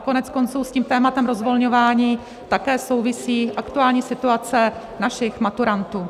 Koneckonců s tématem rozvolňování také souvisí aktuální situace našich maturantů.